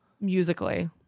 musically